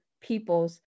people's